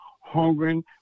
hungering